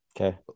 Okay